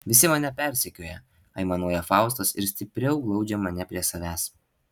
visi mane persekioja aimanuoja faustas ir stipriau glaudžia mane prie savęs